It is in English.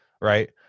right